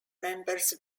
members